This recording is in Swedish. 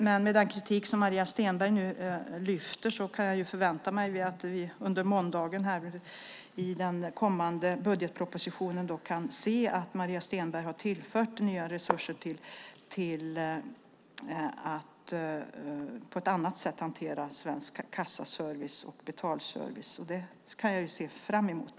Med den kritik som Maria Stenberg nu för fram kan jag förvänta mig att vi under måndagen i er budgetmotion kan se att ni har tillfört nya resurser för att hantera Svensk Kassaservice och Betalservice på ett annat sätt. Det kan jag se fram emot.